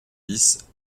dix